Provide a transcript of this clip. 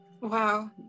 Wow